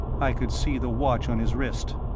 i could see the watch on his wrist.